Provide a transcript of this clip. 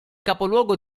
capoluogo